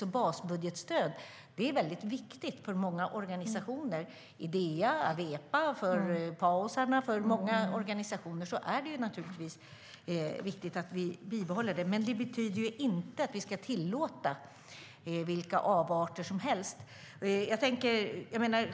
Basbudgetstöd är alltså väldigt viktigt för många organisationer. För Idea, Awepa, PAO och många andra organisationer är det naturligtvis viktigt att vi bibehåller det, men det betyder inte att vi ska tillåta vilka avarter som helst.